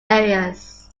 areas